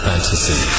Fantasy